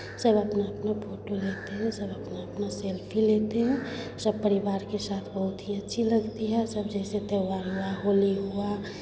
सब अपना अपना फोटो लेते हैं सब अपना अपना सेल्फ़ी लेते हैं सब परिवार के साथ बहुत ही अच्छी लगती है सब जैसे त्योहार हुआ होली हुआ